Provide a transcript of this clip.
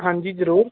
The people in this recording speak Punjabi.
ਹਾਂਜੀ ਜ਼ਰੂਰ